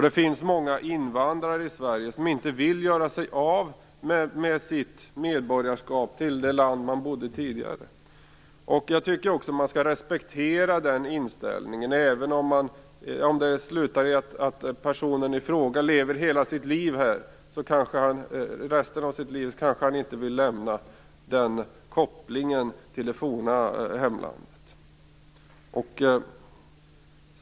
Det finns många invandrare i Sverige som inte vill göra sig av med sitt medborgarskap i det land man bodde i tidigare. Jag tycker att man skall respektera den inställningen. Även om det slutar med att personen i fråga lever resten av sitt liv här, kanske han inte vill lämna den kopplingen till det forna hemlandet.